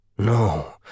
No